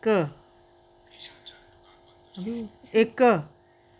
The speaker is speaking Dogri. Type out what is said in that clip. इक